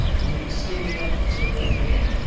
and we were steaming up to the wharf again,